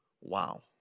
Wow